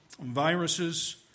viruses